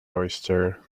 oyster